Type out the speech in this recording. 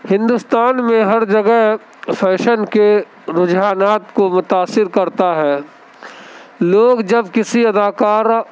ہندوستان میں ہر جگہ فیشن کے رجحانات کو متاثر کرتا ہے لوگ جب کسی اداکارہ